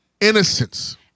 innocence